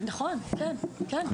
נכון, כן, כן.